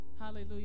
Hallelujah